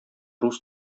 рус